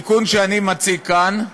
התיקון שאני מציג כאן,